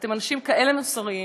אתם אנשים כאלה מוסריים.